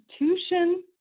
institution